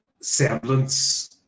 semblance